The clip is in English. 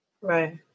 right